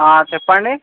చెప్పండి